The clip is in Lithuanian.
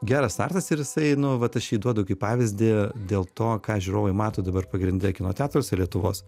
geras startas ir jisai nu vat aš jį duodu kaip pavyzdį dėl to ką žiūrovai mato dabar pagrinde kino teatruose lietuvos